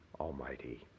almighty